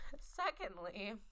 Secondly